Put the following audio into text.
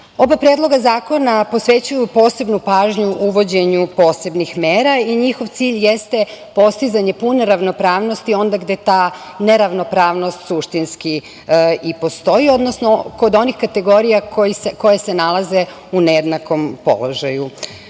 predloga zakona posvećuju posebnu pažnju uvođenju posebnih mera i njihov cilj jeste postizanje pune ravnopravnosti onde gde ta neravnopravnost suštinski i postoji, odnosno kod onih kategorija koje se nalaze u nejednakom položaju.U